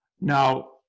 now